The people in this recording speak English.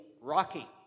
Rocky